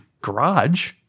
garage